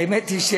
האמת היא,